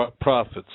profits